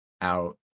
out